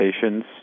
patients